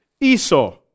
Esau